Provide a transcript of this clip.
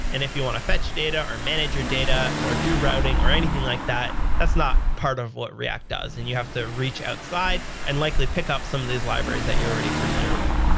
and if you want to fetch data or manage your data or do routing or anything like that, that's not part of react does, and you have to reach outside and likely pick up some of these libraries that you're already familiar with.